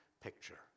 picture